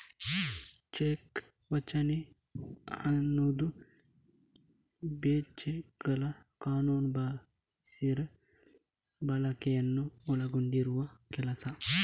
check ವಂಚನೆ ಅನ್ನುದು ಚೆಕ್ಗಳ ಕಾನೂನುಬಾಹಿರ ಬಳಕೆಯನ್ನ ಒಳಗೊಂಡಿರುವ ಕೆಲಸ